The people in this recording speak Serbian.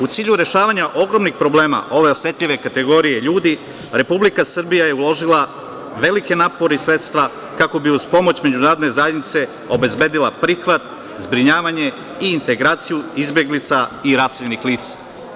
U cilju rešavanja ogromnih problema ove osetljive kategorije ljudi, Republika Srbija je uložila velike napore i sredstva kako bi uz pomoć međunarodne zajednice obezbedila prihvat, zbrinjavanje i integraciju izbeglica i raseljenih lica.